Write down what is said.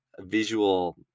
visual